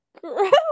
Gross